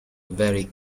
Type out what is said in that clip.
very